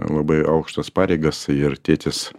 labai aukštas pareigas ir tėtis